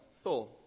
Thor